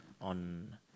on